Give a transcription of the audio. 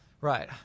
Right